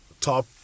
top